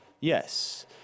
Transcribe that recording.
Yes